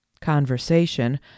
Conversation